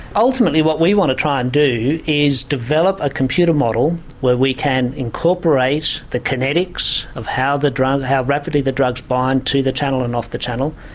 ultimately what we want to try and do is develop a computer model where we can incorporate the kinetics of how the drugs, how rapidly he drugs bind to the channel and off the channel,